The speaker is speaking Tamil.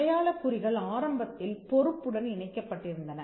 அடையாளக் குறிகள் ஆரம்பத்தில் பொறுப்புடன் இணைக்கப்பட்டிருந்தன